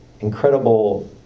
incredible